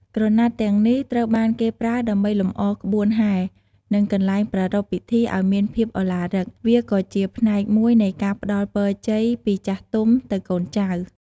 ក្រណាត់ទាំងនេះត្រូវគេប្រើដើម្បីលម្អក្បួនហែ និងកន្លែងប្រារព្ធពិធីឱ្យមានភាពឱឡារិក វាក៏ជាផ្នែកមួយនៃការផ្តល់ពរជ័យពីចាស់ទុំទៅកូនចៅ។